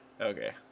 okay